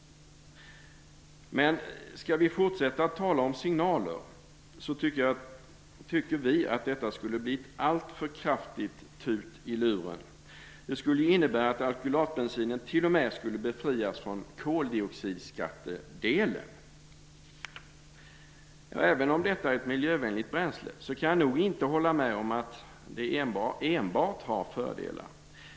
Men skall vi fortsätta att tala om signaler tycker vi att detta skulle bli ett alltför kraftigt tut i luren. Det skulle innebära att alkylatbensinen t.o.m. skulle befrias från koldioxidskattedelen. Även om detta är ett miljövänligt bränsle, kan jag nog inte hålla med om att det enbart har fördelar.